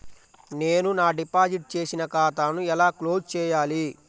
నేను నా డిపాజిట్ చేసిన ఖాతాను ఎలా క్లోజ్ చేయాలి?